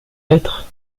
lettres